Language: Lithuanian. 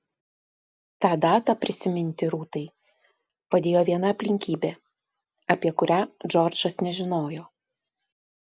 tą datą prisiminti rūtai padėjo viena aplinkybė apie kurią džordžas nežinojo